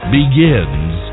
begins